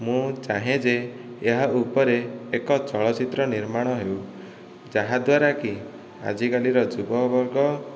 ମୁଁ ଚାହେଁ ଯେ ଏହା ଉପରେ ଏକ ଚଳଚିତ୍ର ନିର୍ମାଣ ହେଉ ଯାହାଦ୍ୱାରା କି ଆଜି କାଲିର ଯୁବବର୍ଗ